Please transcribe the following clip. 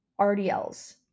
RDLs